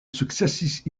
sukcesis